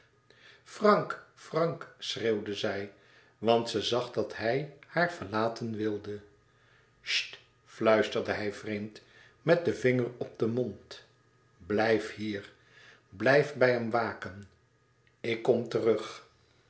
frank frank schreeuwde zij want ze zag dat hij haar verlaten wilde cht fluisterde hij vreemd met den vinger op den mond blijf hier blijf bij hem waken ik kom terug